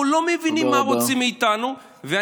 אנחנו לא מבינים מה רוצים מאיתנו.